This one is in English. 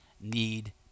need